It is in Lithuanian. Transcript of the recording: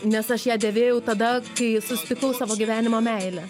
nes aš ją dėvėjau tada kai susitikau savo gyvenimo meilę